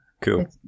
Cool